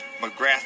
McGrath